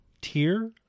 tier